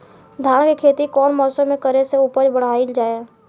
धान के खेती कौन मौसम में करे से उपज बढ़ाईल जाई?